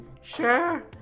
sure